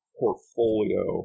portfolio